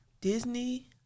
Disney